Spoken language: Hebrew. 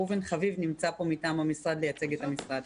ראובן חביב נמצא פה מטעם משרד התרבות והספורט.